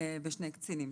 ושני קצינים.